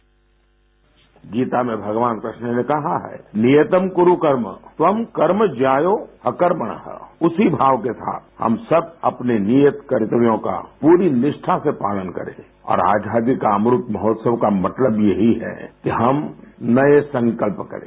sound bite Gita में भगवान कृष्ण ने कहा है नियतं कुरु कर्म त्वं कर्म ज्यायो ह्यकर्मणरू उसी भाव के साथ हम सब अपने नियत कर्तव्यों का पूरी निष्ठा से पालन करे और आजादी का अमृत महोत्सव का मतलब यही है कि हम नए संकल्प करें